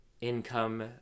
income